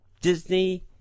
Disney